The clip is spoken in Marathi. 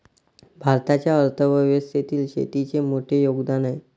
भारताच्या अर्थ व्यवस्थेत शेतीचे मोठे योगदान आहे